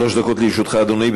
שלוש דקות לרשותך, אדוני.